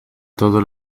todo